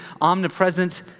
omnipresent